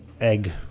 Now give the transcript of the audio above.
egg